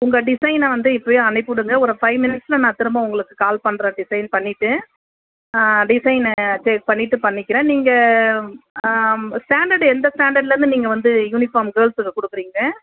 உங்கள் டிசைனை வந்து இப்போவே அனுப்பிவிடுங்க ஒரு ஃபைவ் மினிட்ஸில் நான் திரும்ப உங்களுக்கு கால் பண்ணுறேன் டிசைட் பண்ணிவிட்டு ஆ டிசைனை செக் பண்ணிவிட்டு பண்ணிக்கிறேன் நீங்கள் ஆ ஸ்டாண்டர்ட் எந்த ஸ்டாண்டர்ட்லேர்ந்து நீங்கள் யூனிஃபார்ம் கேர்ள்ஸ்க்கு கொடுக்குறீங்க